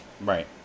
Right